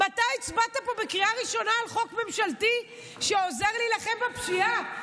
מתי הצבעת פה בקריאה ראשונה על חוק ממשלתי שעוזר להילחם בפשיעה?